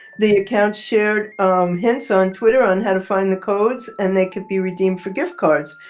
the account shared hints on twitter on how to find the codes and they could be redeemed for gift cards.